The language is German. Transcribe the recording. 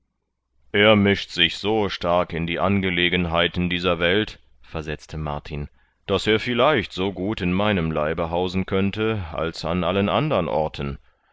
er mischt sich so stark in die angelegenheiten dieser welt versetzte martin daß er vielleicht so gut in meinem leibe hausen könnte als an allen andern orten